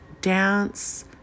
dance